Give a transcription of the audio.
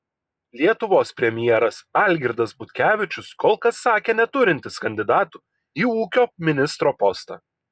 lietuvos premjeras algirdas butkevičius kol kas sakė neturintis kandidatų į ūkio ministro postą